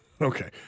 okay